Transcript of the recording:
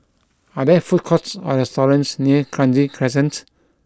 are there food courts or restaurants near Kranji Crescent